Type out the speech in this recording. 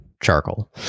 charcoal